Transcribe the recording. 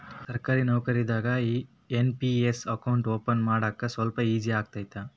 ಸರ್ಕಾರಿ ನೌಕರದಾರಿಗಿ NPS account open ಮಾಡಾಕ ಸ್ವಲ್ಪ ಈಜಿ ಆಗತೈತ